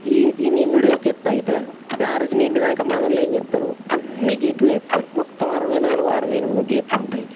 ఈ ఈనిండుడే ఒక ఎత్తయితే బ్యారేజ్ నిండినాక మనోళ్ళు ఏం చేస్తారు అన్నీ గేట్లు ఎత్తుతారు మొత్తం అరవై నాలుగో అరవై ఎనిమిదో గేట్లుంటాయి